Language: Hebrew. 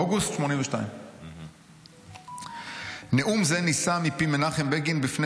אוגוסט 1982. "נאום זה נישא מפי מנחם בגין בפני